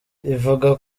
ivuga